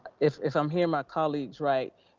if if i'm hearing my colleagues right,